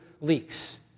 leaks